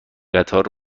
قطار